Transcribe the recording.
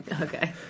Okay